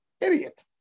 Idiot